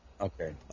Okay